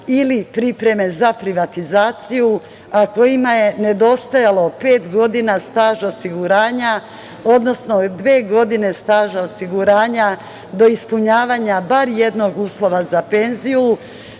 ili pripreme za privatizaciju, a kojima je nedostajalo pet godina staža osiguranja, odnosno dve godine staža osiguranja do ispunjavanja bar jednog uslova za penziju,